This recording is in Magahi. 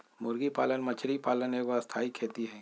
मुर्गी पालन मछरी पालन एगो स्थाई खेती हई